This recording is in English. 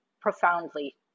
profoundly